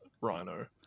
rhino